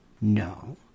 No